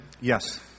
Yes